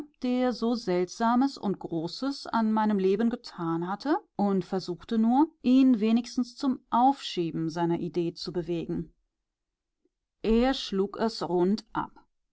der so seltsames und großes an meinem leben getan hatte und versuchte nur ihn wenigstens zum aufschieben seiner idee zu bewegen er schlug es